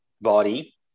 body